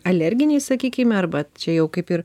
alerginiai sakykime arba čia jau kaip ir